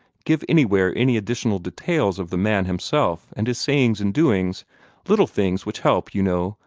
give anywhere any additional details of the man himself and his sayings and doings little things which help, you know,